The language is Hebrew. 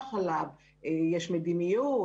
על ידי פיקוח,